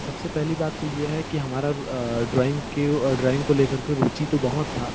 सब से पहली बात तो ये है कि हमारी रु ड्राॅइंग के ड्राॅइंग को ले कर के रुचि तो बहुत थी